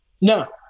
No